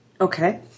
Okay